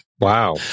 Wow